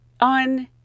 on